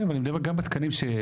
כן, אבל אני מדבר גם בתקנים שיש.